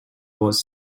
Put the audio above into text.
was